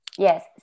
Yes